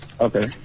Okay